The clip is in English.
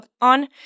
on